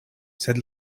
sed